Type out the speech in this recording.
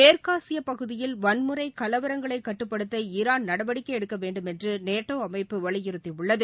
மேற்காசிய பகுதியில் வன்முறை கலவரங்களை கட்டுப்படுத்த ஈராள் நடவடிக்கை எடுக்க வேண்டுமென்று நேட்டோ அமைப்பு வலியுறுத்தியுள்ளது